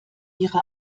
ihre